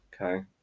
Okay